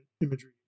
imagery